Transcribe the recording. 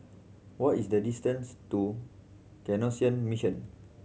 what is the distance to Canossian Mission